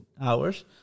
hours